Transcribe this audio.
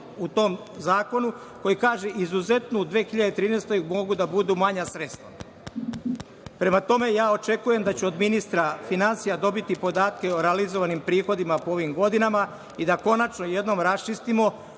u tom zakonu koji kaže – izuzetno u 2013. godini mogu da budu manja sredstva. Prema tome, očekujem da ću od ministra finansija dobiti podatke o realizovanim prihodima po ovim godinama i da konačno jednom raščistimo